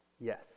Yes